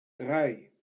drei